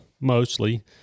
mostly